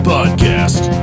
Podcast